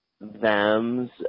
thems